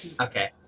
Okay